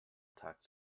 tag